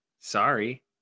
Sorry